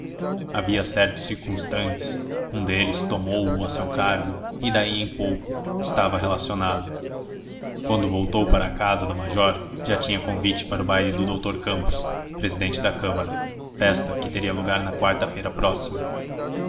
havia certos circunstantes um deles tomou-o a seu cargo e daí em pouco estava relacionado quando voltou para a casa do major já tinha convite para o baile do doutor campos presidente da câmara festa que teria lugar na quarta-feira próxima